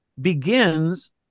begins